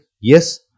yes